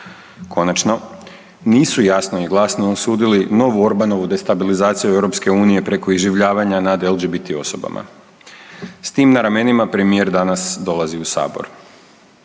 Konačno nisu jasno i glasno osudili novu Orbanovu destabilizaciju EU preko iživljavanja nad LGBT osobama. S tim na ramenima premijer danas dolazi u Sabor,